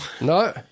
No